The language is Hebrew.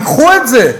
תיקחו את זה.